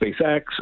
SpaceX